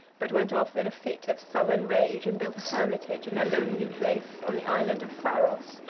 but went off in a fit of sullen rage, and built a hermitage in a lonely place, on the island of pharos,